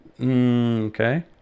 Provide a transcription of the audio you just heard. Okay